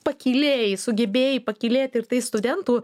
pakylėjai sugebėjai pakylėti ir tais studentų